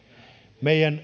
meidän